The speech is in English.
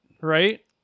Right